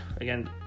Again